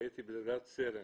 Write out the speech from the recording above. הייתי בדרגת סרן,